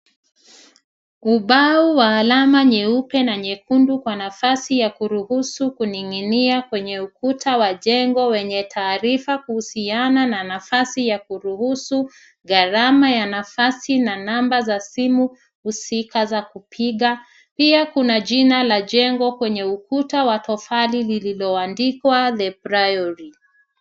Ubao wa alama nyeupe na nyekundu kwa nafasi ya kuruhusu kuning'inia kwenye ukuta wa jengo wenye taarifa kuhusiana na nafasi ya kuruhusu gharama ya nafasi na namba za simu husika za kupiga. Pia kuna jina la jengo kwenye ukuta wa tofali lililoandikwa The Priory .